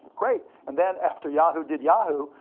great. and then after yahoo! did yahoo,